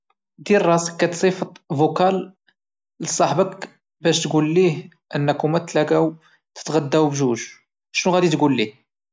دير راسك كتصيفط فوكال للصاحبك باش تقوليه انكم غتلاقاو تتغداو بجوج شنو غادي تقوليه؟